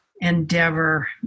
endeavor